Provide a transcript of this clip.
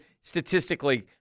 statistically